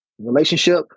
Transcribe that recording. relationship